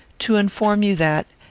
to inform you that,